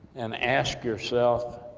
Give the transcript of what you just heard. and ask yourself,